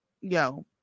yo